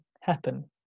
happen